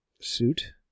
suit